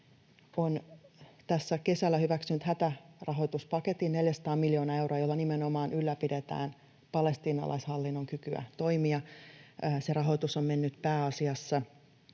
on tässä kesällä hyväksynyt hätärahoituspaketin, 400 miljoonaa euroa, jolla nimenomaan ylläpidetään palestiinalaishallinnon kykyä toimia. Se rahoitus on mennyt pääasiassa